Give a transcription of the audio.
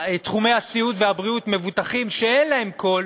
תחומי הסיעוד והבריאות, מבוטחים שאין להם קול